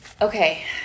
Okay